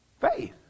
faith